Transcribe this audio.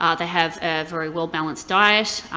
ah they have a very well-balanced diet,